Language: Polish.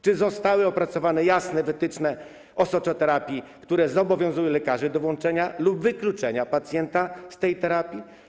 Czy zostały opracowane jasne wytyczne dotyczące osoczoterapii, które zobowiązują lekarzy do włączenia lub wykluczenia pacjenta z tej terapii?